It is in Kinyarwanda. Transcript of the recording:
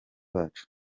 bacu